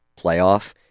playoff